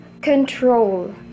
control